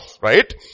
Right